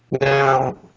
Now